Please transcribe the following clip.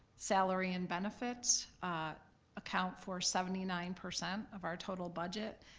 salary and benefits account for seventy nine percent of our total budget,